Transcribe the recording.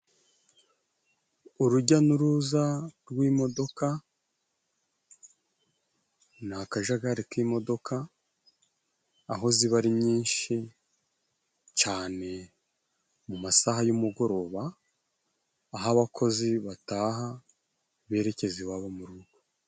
Urujya n'uruza rw'imodoka ni akajagari k'imodoka, aho ziba ari nyinshi cane mu masaha y'umugoroba, aho abakozi bataha berekeza iwabo mu rugo.